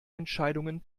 entscheidungen